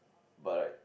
but like